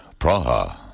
Praha